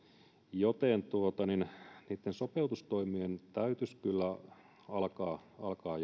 joten niitä sopeutustoimia täytyisi kyllä alkaa alkaa